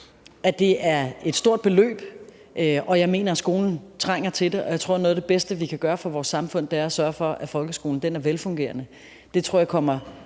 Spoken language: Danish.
det er et stort beløb, og jeg mener, at skolen trænger til det, og jeg tror, at noget af det bedste, vi kan gøre for vores samfund, er at sørge for, at folkeskolen er velfungerende. Det tror jeg kommer